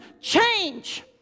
change